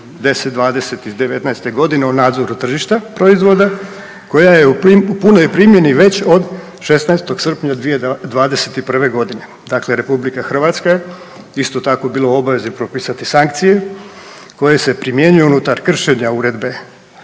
1020 iz 19-e godine o nadzoru tržišta proizvoda koja je u punoj primjeni već od 16. srpnja 2021. godine. Dakle, RH isto tako je bila u obveze propisati sankcije koje se primjenjuju unutar kršenja Uredbe